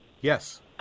Yes